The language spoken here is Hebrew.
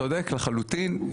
צודק לחלוטין.